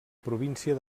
província